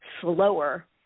slower